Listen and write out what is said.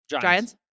Giants